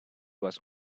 was